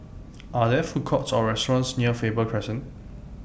Are There Food Courts Or restaurants near Faber Crescent